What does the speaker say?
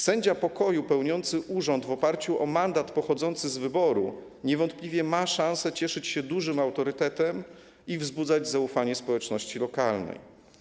Sędzia pokoju pełniący urząd w oparciu o mandat pochodzący z wyboru niewątpliwie ma szansę cieszyć się dużym autorytetem i wzbudzać zaufanie społeczności lokalnej.